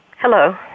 Hello